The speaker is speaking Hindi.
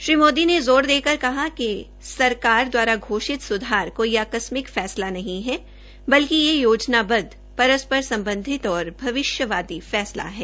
श्री मोदी ने ज़ोर देकर कहा कि सरकार दवारा कोई आकस्मिक फैसला नहीं है बलिक यह योजनाबदव परस्पर सम्बधित और भविष्यवादी फैसला है